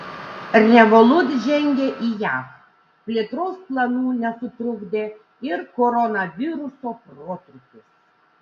revolut žengia į jav plėtros planų nesutrukdė ir koronaviruso protrūkis